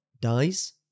dies